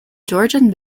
georgian